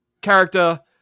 character